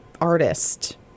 artist